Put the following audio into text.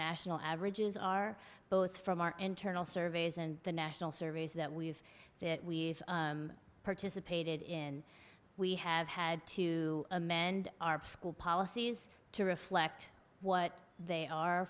national averages are both from our internal surveys and the national surveys that we've that we've participated in we have had to amend our school policies to reflect what they are